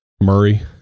Murray